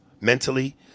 mentally